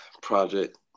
project